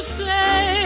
say